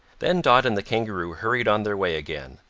then dot and the kangaroo hurried on their way again,